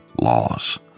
laws